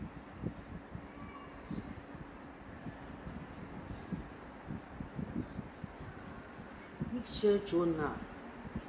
this year june ah